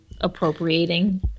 appropriating